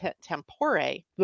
tempore